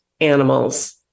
animals